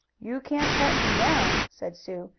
you can't pet him now, said sue,